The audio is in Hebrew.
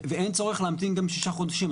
ואין צורך להמתין גם שישה חודשים.